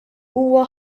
huwa